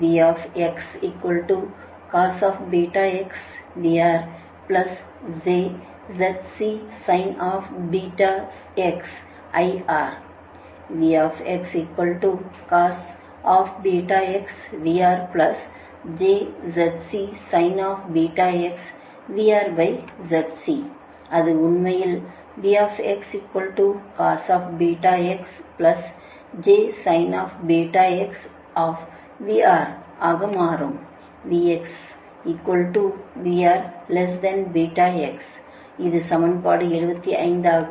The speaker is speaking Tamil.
அது உண்மையில் ஆக மாறும் இது சமன்பாடு 75 ஆகும்